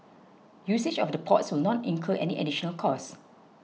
usage of the ports will not incur any additional cost